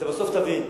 אתה בסוף תבין,